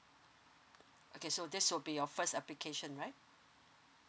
okay so this will be your first application right